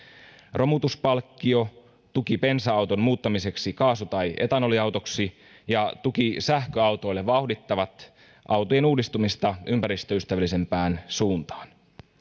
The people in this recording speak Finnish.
romutuspalkkio tuki bensa auton muuttamiseksi kaasu tai etanoliautoksi ja tuki sähköautoille vauhdittavat autojen uudistumista ympäristöystävällisempään suuntaan